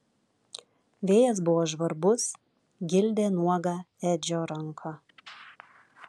vėjas buvo žvarbus gildė nuogą edžio ranką